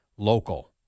Local